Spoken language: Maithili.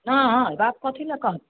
नहि बात कथी लऽ कहतै